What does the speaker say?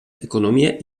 economia